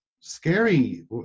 scary